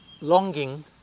longing